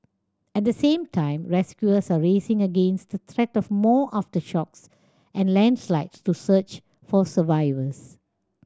at the same time rescuers are racing against the threat of more aftershocks and landslides to search for survivors